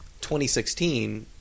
2016